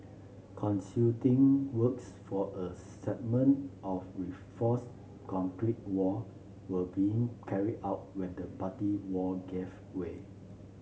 concreting works for a segment of reinforced concrete wall were being carried out when the party wall gave way